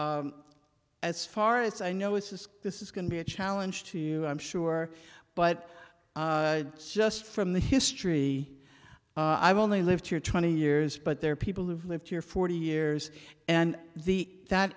as far as i know it's just this is going to be a challenge to you i'm sure but just from the history i've only lived here twenty years but there are people who've lived here forty years and the that